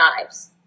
knives